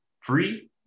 free